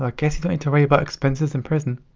ah guess you don't need to worry about expenses in prison.